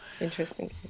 interesting